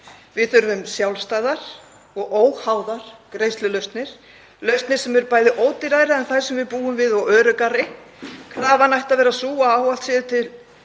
Við þurfum sjálfstæðar og óháðar greiðslulausnir sem eru bæði ódýrari en þær sem við búum við og öruggari. Krafan ætti að vera sú að ávallt séu til